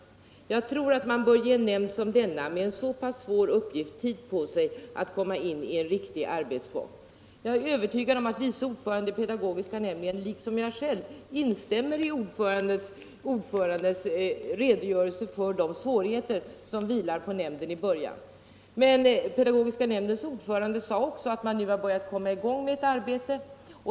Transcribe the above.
Jag tror att man bör ge en nämnd som denna, med en så pass svår uppgift, tid på sig att komma in i en riktig arbetsgång.” Jag är övertygad om att vice ordföranden i pedagogiska nämnden, liksom jag själv, instämmer i ordförandens redogörelse för de svårigheter som vilar på nämnden i början av dess arbete. Men pedagogiska nämndens ordförande sade också att man nu har börjat komma i gång med sitt arbete.